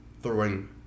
throwing